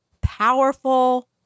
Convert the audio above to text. powerful